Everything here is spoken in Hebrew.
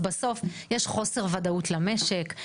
בסוף יש חוסר וודאות למשק,